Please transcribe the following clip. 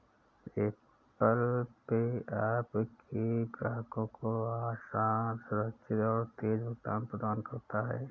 Apple Pay आपके ग्राहकों को आसान, सुरक्षित और तेज़ भुगतान प्रदान करता है